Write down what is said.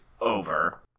over